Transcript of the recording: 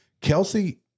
Kelsey